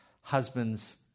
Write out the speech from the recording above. husbands